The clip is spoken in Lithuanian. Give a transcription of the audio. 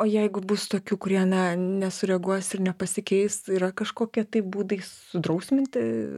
o jeigu bus tokių kurie na nesureaguos ir nepasikeis yra kažkokie tai būdai sudrausminti